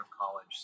college